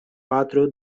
patro